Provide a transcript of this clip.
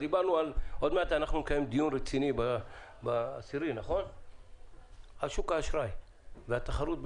עוד מעט נקיים דיון רציני על שוק האשראי והתחרות,